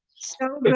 so good.